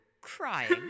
crying